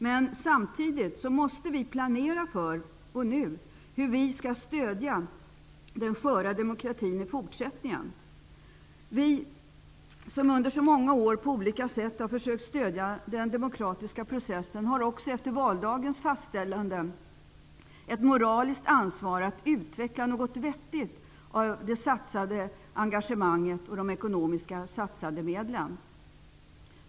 Men samtidigt måste vi nu planera för hur vi skall stödja den sköra demokratin i fortsättningen. Vi som under många år på olika sätt försökt stödja den demokratiska processen har även efter valdagens fastställande ett moraliskt ansvar att utveckla något vettigt av det satsade engagemanget och de satsade ekonomiska medlen.